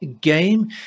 game